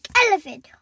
elephant